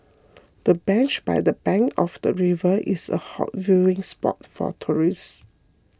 the bench by the bank of the river is a hot viewing spot for tourists